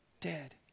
Dead